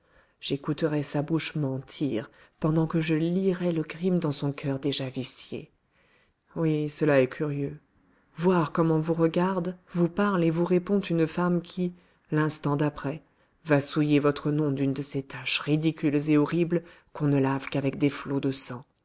j'écouterai sa bouche mentir pendant que je lirai le crime dans son coeur déjà vicié oui cela est curieux voir comment vous regarde vous parle et vous répond une femme qui l'instant d'après va souiller votre nom d'une de ces taches ridicules et horribles qu'on ne lave qu'avec des flots de sang